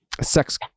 sex